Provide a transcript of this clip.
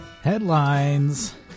Headlines